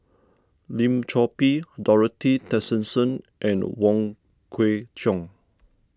Lim Chor Pee Dorothy Tessensohn and Wong Kwei Cheong